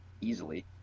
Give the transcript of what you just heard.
easily